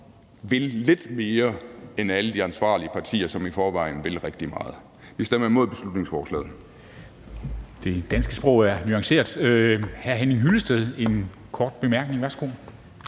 vil lidt mere end alle de ansvarlige partier, som i forvejen vil rigtig meget. Vi stemmer imod beslutningsforslaget.